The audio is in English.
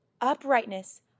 uprightness